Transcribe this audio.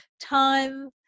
time